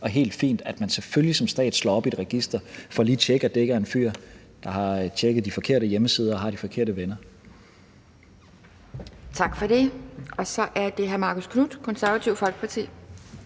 og helt fint, at man selvfølgelig som stat slår op i et register for lige at tjekke, at det ikke er en fyr, der har tjekket de forkerte hjemmesider og har de forkerte venner. Kl. 11:33 Anden næstformand (Pia